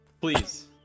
please